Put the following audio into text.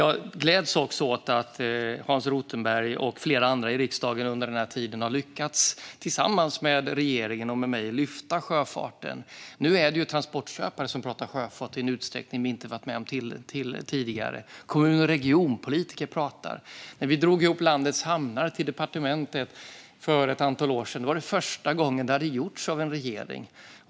Jag gläds åt att Hans Rothenberg och flera andra i riksdagen under den här tiden har lyckats lyfta sjöfarten tillsammans med regeringen och mig. Nu pratar ju transportköpare sjöfart i en utsträckning vi inte varit med om tidigare, liksom kommun och regionpolitiker. När vi drog ihop företrädare för landets hamnar till departementet för ett antal år sedan var det första gången det gjorts av en regering.